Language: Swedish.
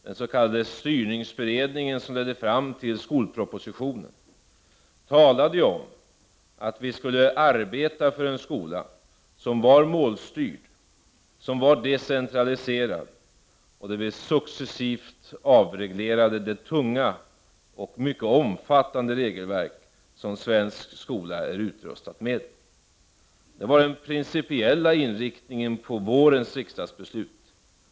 Den s.k. styrningsberedningen, som ledde fram till skolpropositionen, talade ju om att vi skulle arbeta för en skola som var målstyrd och decentraliserad och där vi successivt avreglerade det tunga och mycket omfattande regelverk som svensk skola är utrustad med. Det var den principiella inriktningen av vårens riksdagsbeslut.